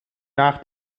nach